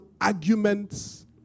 arguments